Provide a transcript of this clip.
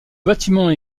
bâtiment